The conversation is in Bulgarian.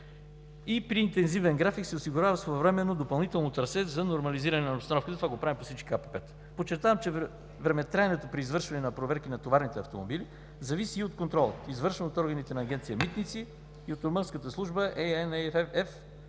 и при интензивен график се осигурява своевременно допълнително трасе за нормализиране на обстановката. Това го правим при всички ГКПП-та. Подчертавам, че времетраенето при извършване на проверки на товарните автомобили зависи и от контрола, извършван от органите на Агенция „Митници“ и от румънската служба ANAF,